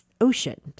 Ocean